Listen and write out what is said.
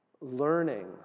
learning